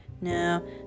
No